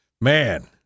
Man